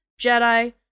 Jedi